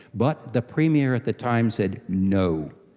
but the premier at the time said no,